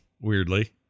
weirdly